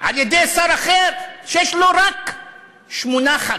על-ידי שר אחר, שיש לו רק שמונה ח"כים.